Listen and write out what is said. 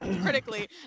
critically